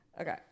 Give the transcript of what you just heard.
Okay